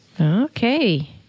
Okay